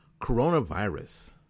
Coronavirus